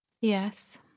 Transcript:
Yes